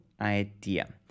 idea